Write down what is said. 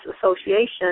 association